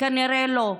כנראה לא.